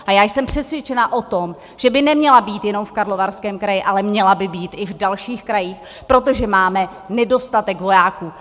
A já jsem přesvědčena o tom, že by neměla být jenom v Karlovarském kraji, ale měla by být i v dalších krajích, protože máme nedostatek vojáků.